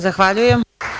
Zahvaljujem.